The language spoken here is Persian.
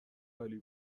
عالی